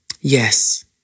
Yes